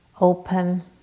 open